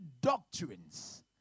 doctrines